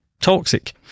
toxic